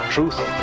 Truth